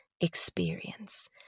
experience